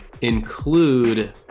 include